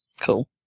Cool